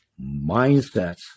mindsets